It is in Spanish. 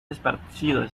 esparcido